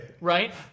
Right